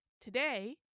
Today